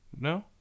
No